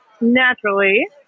naturally